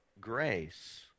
grace